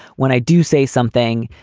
when i do say something,